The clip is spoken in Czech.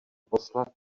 poslat